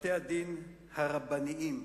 בתי-הדין הרבניים,